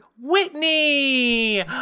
whitney